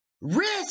risk